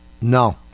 No